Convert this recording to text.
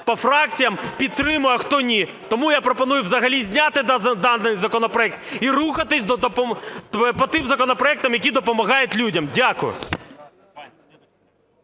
по фракціях підтримує, а хто ні. Тому я пропоную взагалі зняти даний законопроект і рухатися по тим законопроектам, які допомагають людям. Дякую.